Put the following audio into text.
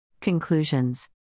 Conclusions